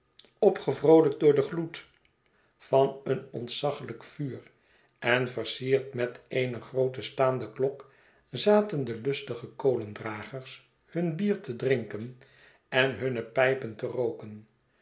ppgevroolijkt door den gioed van een ontzaglijk vuur en versierd met eene groote staande klok zaten de lustige kolendragers hun bier te drinken en hunne pijpen te rooken